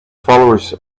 followers